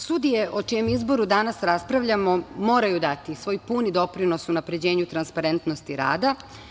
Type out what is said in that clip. Sudije o čijem izboru danas raspravljamo moraju dati svoj puni doprinos unapređenju transparentnosti rada.